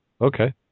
Okay